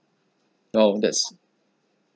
!wow! that's